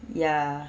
ya